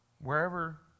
wherever